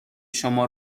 شما